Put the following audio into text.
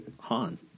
Han